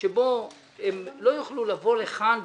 שבו הם לא יוכלו לבוא לכאן ולהגיד: